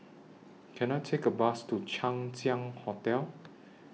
Can I Take A Bus to Chang Ziang Hotel